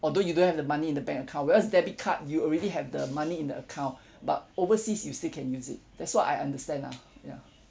although you don't have the money in the bank account whereas debit card you already have the money in the account but overseas you still can use it that's what I understand lah ya